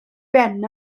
ben